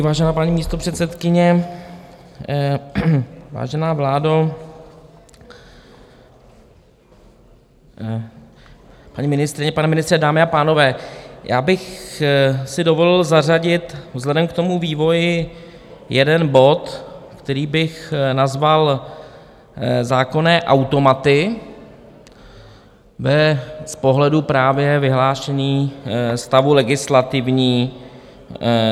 Vážená paní místopředsedkyně, vážená vládo, paní ministryně, pane ministře, dámy a pánové, já bych si dovolil zařadit vzhledem k tomu vývoji jeden bod, který bych nazval Zákonné automaty z pohledu vyhlášení stavu legislativní nouze.